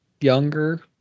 younger